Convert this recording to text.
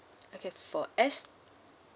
okay for S